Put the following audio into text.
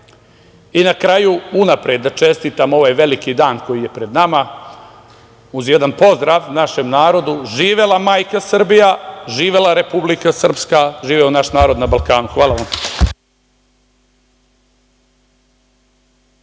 kraju, unapred da čestitam ovaj veliki dan koji je pred nama uz jedan pozdrav našem narodu - živela majka Srbija, živela Republika Srpska, živeo naš narod na Balkanu. Hvala vam.